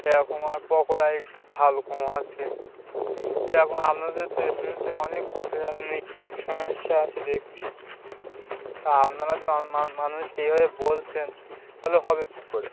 এরকম আর পকোড়া একটু ঝাল কম আছে এরকম আপনাদের রেস্টুরেন্ট থেকে অনেক ছোটো জন সমস্যা আছে দেখছি তা আপনারা যে মানুষ কীভাবে বলছেন তাহলে হবে কী করে